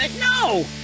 No